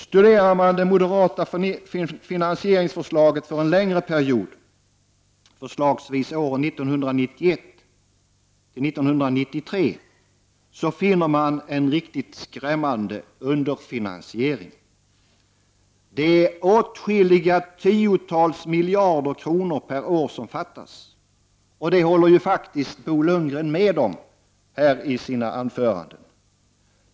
Studerar man det moderata finansieringsförslaget för en längre period, förslagsvis åren 1991—1993, finner man en riktigt skrämmande underfinansiering. Det är åtskilliga tiotals miljarder kronor per år som fattas, och det håller ju faktiskt Bo Lundgren med om i sina anföranden här.